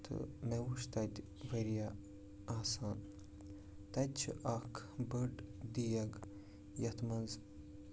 تہٕ مےٚ وُچھ تَتہِ واریاہ آسان تَتہِ چھِ اَکھ بٔڈ دیگ یَتھ منٛز